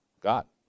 God